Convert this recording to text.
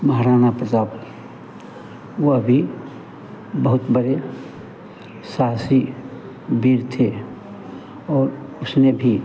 महाराणा प्रताप वह भी बहुत बड़े साहसी वीर थे और उसने भी